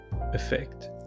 effect